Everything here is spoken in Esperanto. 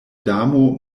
damo